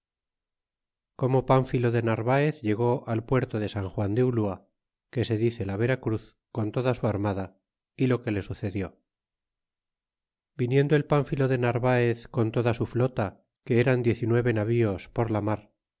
como pamphilo de narvaez llegó al puerto de san juan de trina que se dice la vera cruz con toda su armada y lo que le sucedió viniendo el pamphilo de narvaez con toda su flota que eran diez y nueve navíos por la mar